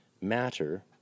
Matter